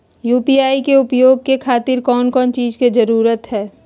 UPI के उपयोग के खातिर कौन कौन चीज के जरूरत है?